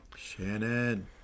Shannon